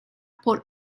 por